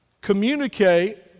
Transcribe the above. communicate